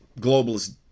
globalist